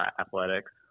athletics